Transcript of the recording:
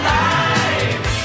life